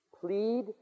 plead